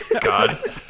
God